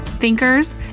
thinkers